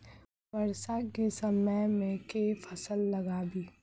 वर्षा केँ समय मे केँ फसल लगाबी?